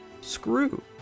screw